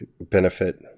benefit